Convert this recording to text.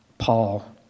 Paul